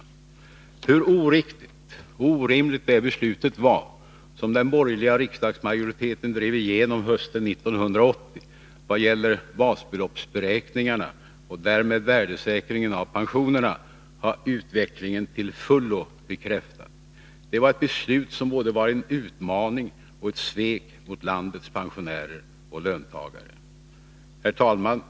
pensioner m.m. Hur oriktigt och orimligt det beslut var som den borgerliga riksdagsmajoriteten drev igenom hösten 1980 vad gäller basbeloppsberäkningarna och därmed värdesäkringen av pensionerna har utvecklingen till fullo bekräftat. Det var ett beslut som var både en utmaning och ett svek mot landets pensionärer och löntagare. Herr talman!